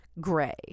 gray